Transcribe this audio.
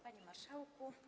Panie Marszałku!